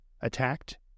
attacked